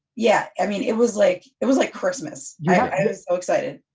yeah, i mean it was like it was like christmas. yeah ah i was so excited.